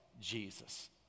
Jesus